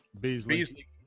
Beasley